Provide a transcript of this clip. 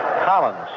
Collins